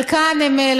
חלקן הן,